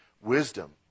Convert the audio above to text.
Wisdom